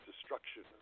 destruction